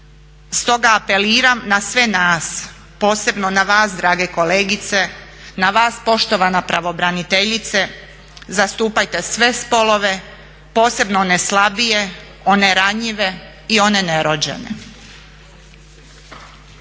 Stoga apeliram na sve nas, posebno na vas drage kolegice, na vas poštovana pravobraniteljice, zastupajte sve spolove, posebno one slabije, one ranjivije i one nerođene.